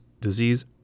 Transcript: disease